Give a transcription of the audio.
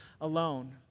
alone